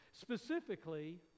specifically